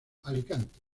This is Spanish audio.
alicante